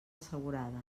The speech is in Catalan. assegurada